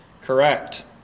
Correct